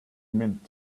mint